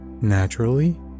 naturally